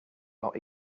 lot